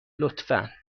لطفا